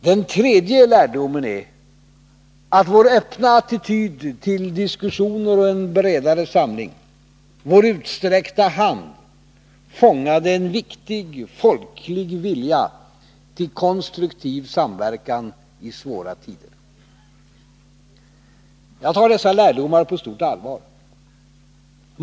Den tredje lärdomen är att vår öppna attityd till diskussioner och en bredare samling, vår utsträckta hand, fångade en viktig folklig vilja till konstruktiv samverkan i svåra tider. Jag tar dessa lärdomar på djupt allvar.